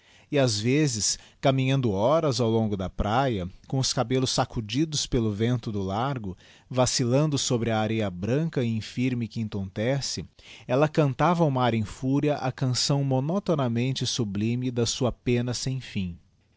e ás vezes caminhando horas ao longo da praia com cabellos sacudidos pelo vento do largo vacillando sobre a areia branca e infirme que entontece ella cantava ao mar em fúria a canção monotonamente sublime da sua pena sem fim